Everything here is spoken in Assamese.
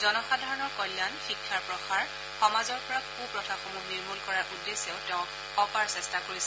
জনসাধাৰণৰ কল্যাণ শিক্ষাৰ প্ৰসাৰ সমাজৰ পৰা কুপ্ৰথাসমূহ নিৰ্মূল কৰাৰ উদ্দেশ্যে তেওঁ অপাৰ চেষ্টা কৰিছিল